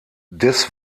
des